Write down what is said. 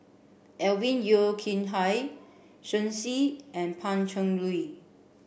Alvin Yeo Khirn Hai Shen Xi and Pan Cheng Lui